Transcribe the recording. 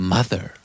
Mother